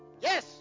Yes